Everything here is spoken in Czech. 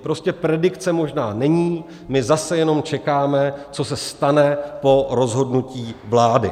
Prostě predikce možná není, my zase jenom čekáme, co se stane po rozhodnutí vlády.